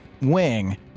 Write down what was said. wing